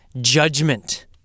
judgment